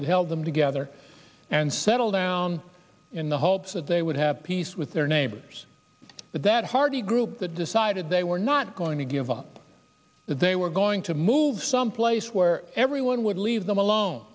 that held them together and settle down in the hopes that they would have peace with their neighbors but that hardly a group that decided they were not going to give up that they were going to move someplace where everyone would leave them alone